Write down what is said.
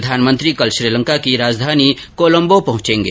प्रधानमंत्री कल श्रीलंका की राजधानी कोलंबों पहंचेंगे